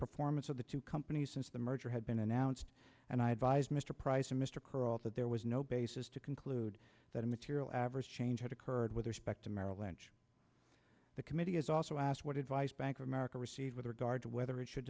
performance of the two companies since the merger had been announced and i advised mr price and mr curl that there was no basis to conclude that a material adverse change had occurred with respect to merrill lynch the committee is also asked what advice bank of america received with regard to whether it should